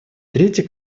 третий